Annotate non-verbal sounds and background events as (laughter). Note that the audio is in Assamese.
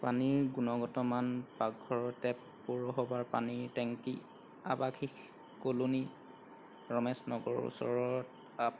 পানীৰ গুণগত মান পাকঘৰৰ টেপ পৌৰসভাৰ পানীৰ টেংকী আৱাসিক ক'লনী ৰমেশ নগৰৰ ওচৰত (unintelligible)